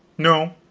no,